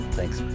Thanks